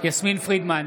יסמין פרידמן,